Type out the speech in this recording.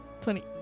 Twenty